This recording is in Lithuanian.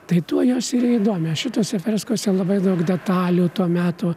tai tuo jos ir įdomios šitose freskose labai daug detalių to meto